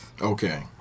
Okay